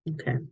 Okay